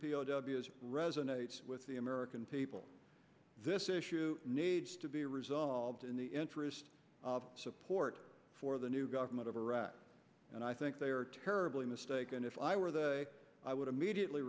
w s resonates with the american people this issue needs to be result in the interest of support for the new government of iraq and i think they are terribly mistaken if i were there i would immediately